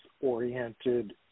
oriented